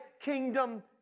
kingdom